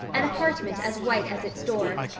an apartment as white as its door,